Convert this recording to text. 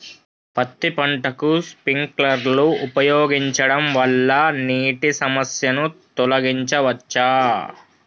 పత్తి పంటకు స్ప్రింక్లర్లు ఉపయోగించడం వల్ల నీటి సమస్యను తొలగించవచ్చా?